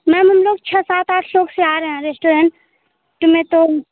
ma'am हम लोग छ सात आठ से आ रहे हैं रेश्टोरेंट तो मैं तो